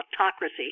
autocracy